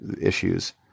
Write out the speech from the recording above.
issues